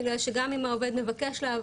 בגלל שגם אם העובד מבקש לעבור,